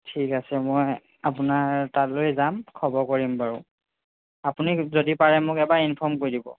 ঠিক আছে মই আপোনাৰ তালৈ যাম খবৰ কৰিম বাৰু আপুনি যদি পাৰে মোক এবাৰ ইনফৰ্ম কৰি দিব